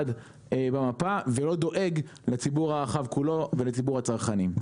במפה ולא דואג לציבור הרחב כולו ולציבור הצרכנים.